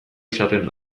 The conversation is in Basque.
izaten